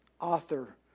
author